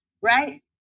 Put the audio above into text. right